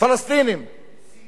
מסיק